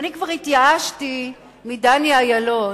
אני התייאשתי מדני אילון,